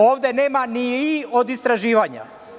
Ovde nema ni – i od istraživanja.